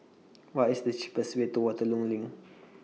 What IS The cheapest Way to Waterloo LINK